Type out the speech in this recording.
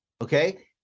okay